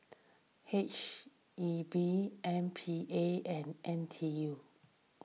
H E B M P A and N T U